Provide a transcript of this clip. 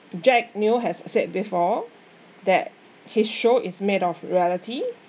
jack neo has said before that his show is made of reality